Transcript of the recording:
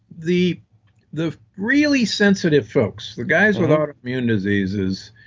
the the really sensitive folk, so the guys with autoimmune diseases,